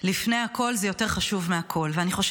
לפני הכול, זה יותר חשוב מהכול.